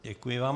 Děkuji vám.